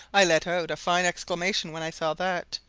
i let out a fine exclamation when i saw that,